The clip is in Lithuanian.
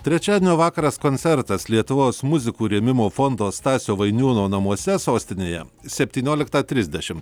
trečiadienio vakaras koncertas lietuvos muzikų rėmimo fondo stasio vainiūno namuose sostinėje septynioliktą trisdešim